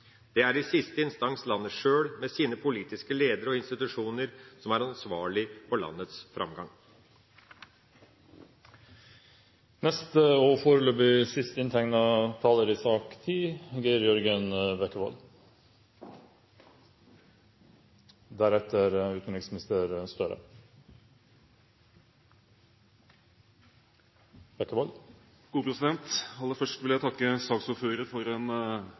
Det er i siste instans landet sjøl med sine politiske ledere og institusjoner som er ansvarlig for landets framgang. Aller først vil jeg takke saksordføreren for en